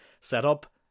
setup